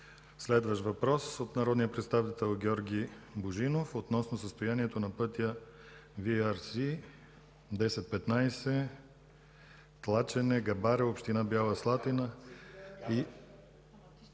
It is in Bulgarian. Следващият въпрос е от народния представител Георги Божинов относно състоянието на пътя VRC 1015 Тлачене – Габаре, община Бяла Слатина и